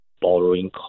borrowing